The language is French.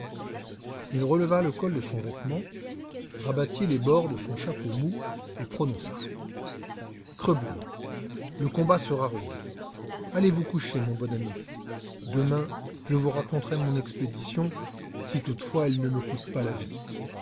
il releva le col de son vêtement rabattit les bords de son chapeau mou et prononça crebleu le combat sera rude allez vous coucher mon bon ami demain je vous raconterai mon expédition si toutefois elle ne me coûte pas la vie